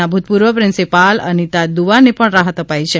ના ભૂતપૂર્વ પ્રિન્સીપાલ અનિતા દુઆને પણ રાહત અપાઇ છે